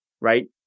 Right